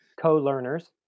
co-learners